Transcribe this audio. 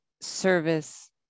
service